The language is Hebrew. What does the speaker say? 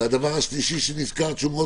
ויש גם דבר שלישי שנזכרת בו?